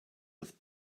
with